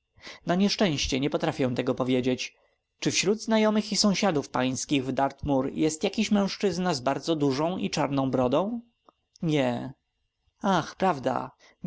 na nieszczęście nie potrafię tego powiedzieć czy wśród znajomych i sąsiadów pańskich w dartmoor jest jaki mężczyzna z bardzo czarną i dużą brodą nie ach prawda